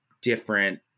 different